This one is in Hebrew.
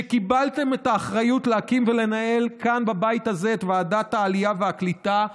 שקיבלתם את האחריות להקים ולנהל בבית הזה את ועדת העלייה והקליטה,